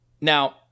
now